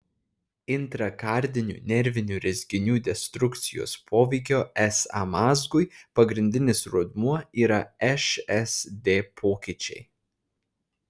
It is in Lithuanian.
intrakardinių nervinių rezginių destrukcijos poveikio sa mazgui pagrindinis rodmuo yra šsd pokyčiai